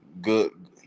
good